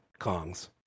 Kongs